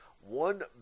one